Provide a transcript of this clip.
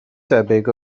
debyg